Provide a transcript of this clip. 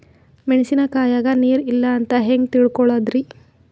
ಮೆಣಸಿನಕಾಯಗ ನೀರ್ ಇಲ್ಲ ಅಂತ ಹೆಂಗ್ ತಿಳಕೋಳದರಿ?